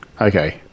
Okay